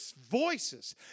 voices